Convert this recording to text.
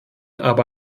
aber